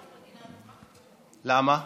למה?